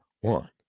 One